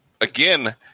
again